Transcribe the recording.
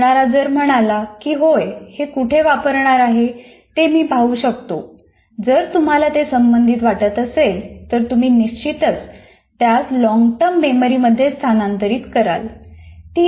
शिकणारा जर म्हणाला की 'होय हे कुठे वापरणार आहे ते मी पाहू शकतो' जर तुम्हाला ते संबंधित वाटत असेल तर तुम्ही निश्चितच त्यास लॉन्गटर्म मेमरीमध्ये स्थानांतरित कराल